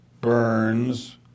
Burns